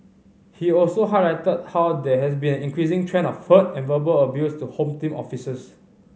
he also highlighted how there has been an increasing trend of hurt and verbal abuse to Home Team officers